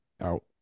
out